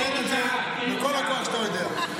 רביבו, תן את זה בכל הכוח שאתה יודע.